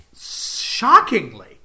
shockingly